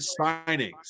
signings